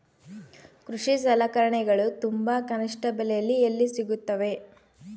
ಕೃಷಿ ಸಲಕರಣಿಗಳು ತುಂಬಾ ಕನಿಷ್ಠ ಬೆಲೆಯಲ್ಲಿ ಎಲ್ಲಿ ಸಿಗುತ್ತವೆ?